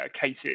cases